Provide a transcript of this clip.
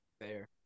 Fair